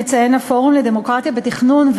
שמציין הפורום לדמוקרטיה בתכנון,